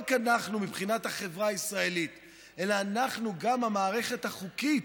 רק אנחנו מבחינת החברה הישראלית אנחנו אלא גם המערכת החוקית,